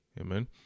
amen